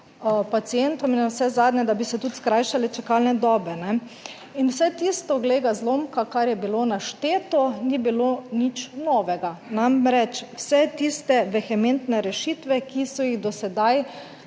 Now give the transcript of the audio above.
pacientom in navsezadnje, da bi se tudi skrajšale čakalne dobe. In vse tisto, glej ga zlomka, kar je bilo našteto, ni bilo nič novega. Namreč, vse tiste vehementne rešitve, ki so jih do sedaj